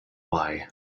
why